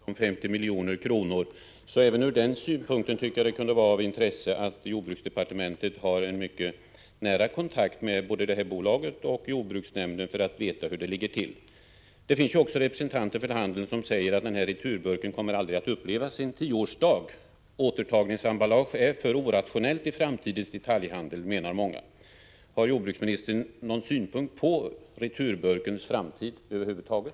Herr talman! I sammanhanget kan nämnas att det finns ett villkorslån till bolaget om 50 milj.kr. Även ur den synpunkten tycker jag det kan vara av intresse att jordbruksdepartementet har mycket nära kontakt med både bolaget och jordbruksnämnden för att veta hur det ligger till. Det finns också representanter för handeln som säger att returburken aldrig kommer att uppleva sin tioårsdag. Återtagningsemballage är för orationellt i framtidens detaljhandel, menar många. Har jordbruksministern någon synpunkt på returburkens framtid över huvud taget?